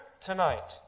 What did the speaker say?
tonight